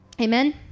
Amen